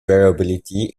variability